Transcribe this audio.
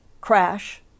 crash